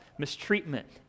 mistreatment